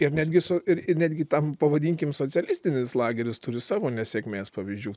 ir netgi su ir netgi tam pavadinkim socialistinis lageris turi savo nesėkmės pavyzdžių